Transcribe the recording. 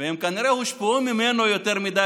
והם כנראה הושפעו ממנו יותר מדי,